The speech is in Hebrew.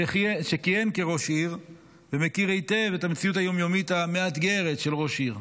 שכיהן כראש עיר ומכיר היטב את המציאות היום-יומית המאתגרת של ראש עיר,